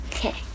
Okay